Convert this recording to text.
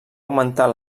augmentar